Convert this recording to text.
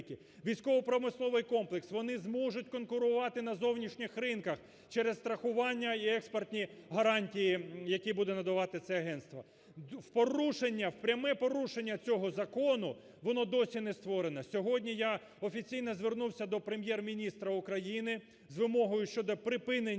військо-промисловий комплекс вони зможуть конкурувати на зовнішніх ринках через страхування і експортні гарантії, які буде надавати це агентство в порушення, в пряме порушення цього закону воно досі не створене. Сьогодні я офіційно звернувся до Прем'єр-міністра України з вимогою щодо припинення